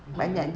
okay